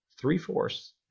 three-fourths